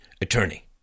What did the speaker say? attorney